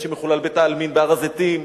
שמחולל בית-העלמין בהר-הזיתים,